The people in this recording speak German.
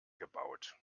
gebaut